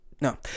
No